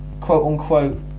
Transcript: quote-unquote